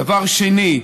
דבר שני,